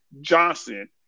Johnson